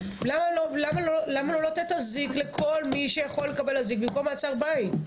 למה לא לתת אזיק לכל מי שיכול לקבל אזיק במקום מעצר בית?